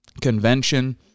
convention